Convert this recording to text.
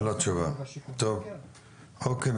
אוקיי.